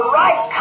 right